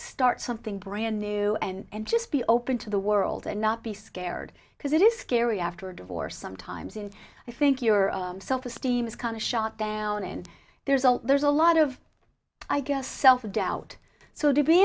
start something brand new and just be open to the world and not be scared because it is scary after a divorce sometimes in i think your self esteem is kind of shot down and there's a there's a lot of i guess self doubt so to be